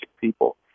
people